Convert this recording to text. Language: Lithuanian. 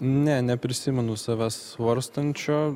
ne neprisimenu savęs svarstančio